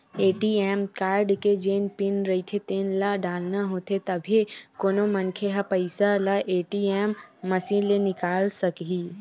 ATM card के जेन pin रहिथे तेन ल डालना होथे तभे कोनो मनखे ह पइसा ल ए.टी.एम मसीन ले निकाले सकही